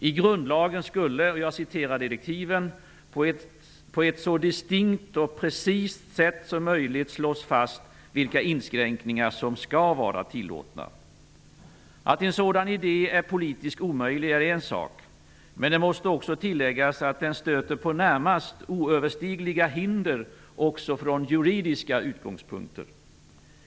I grundlagen skulle, och jag citerar direktiven, ''på ett så distinkt och precist sätt som möjligt'' slås fast vilka inskränkningar som skall vara tillåtna. Att en sådan idé är politiskt omöjlig är en sak. Men det måste också tilläggas att den stöter på närmast oöverstigliga hinder också från juridiska utgångspunkter.